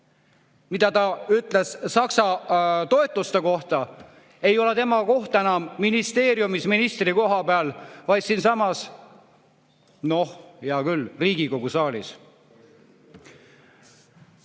mida ta ütles Saksa toetuste kohta, ei ole tema koht enam ministeeriumis ministrikoha peal, vaid siinsamas, noh, hea küll, Riigikogu saalis. Täna